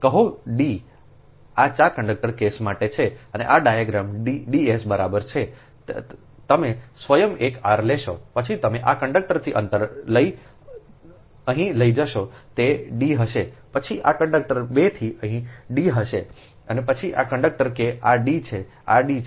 કહો D આ 4 conductor case માટે છે અને આ ડાયાગ્રામ D s બરાબર છે તમે સ્વયં એક r લેશો પછી તમે આ કંડક્ટરથી અંતર અહીં લઈ જશો તે D હશે પછી આ કંડક્ટર 2 થી અહીં તે D હશે અને પછી આ કંડક્ટર કે આ D છે આ D છે